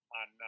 on